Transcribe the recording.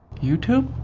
youtube?